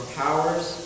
powers